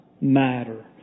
matter